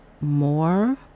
more